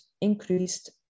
increased